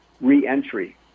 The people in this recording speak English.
reentry